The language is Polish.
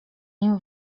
nim